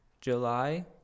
July